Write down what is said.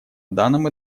данном